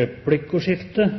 replikkordskifte.